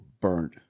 burnt